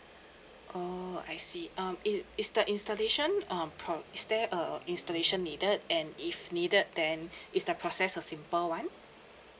orh I see um it is the installation um prom~ is there a installation needed and if needed then is the process a simple [one]